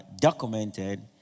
documented